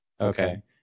okay